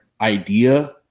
idea